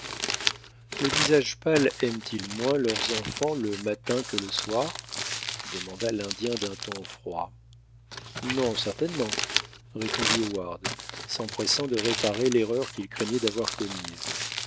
les visages pâles aiment ils moins leurs enfants le matin que le soir demanda l'indien d'un ton froid non certainement répondit heyward s'empressant de réparer l'erreur qu'il craignait d'avoir commise